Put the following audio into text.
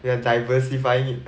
they are diversifying it